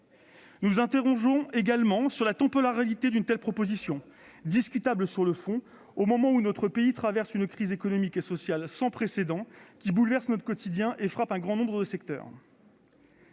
Nous nous interrogeons également sur le moment choisi pour faire une telle proposition, discutable sur le fond, alors que notre pays traverse une crise économique et sociale sans précédent, qui bouleverse notre quotidien et frappe un grand nombre de secteurs.